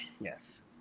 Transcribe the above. Yes